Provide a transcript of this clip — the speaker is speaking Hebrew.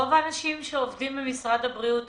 רוב האנשים שעובדים במשרד הבריאות ובאוצר,